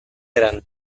eren